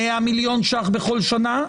100,000,000 ש"ח בכל שנה.